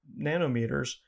nanometers